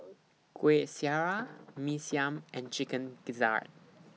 Kueh Syara Mee Siam and Chicken Gizzard